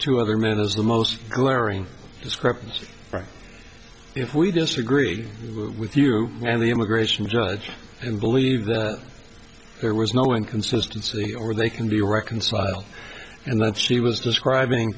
two other men as the most glaring discrepancy or if we disagree with you and the immigration judge and believe that there was no inconsistency or they can be reconciled and that she was describing